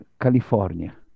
California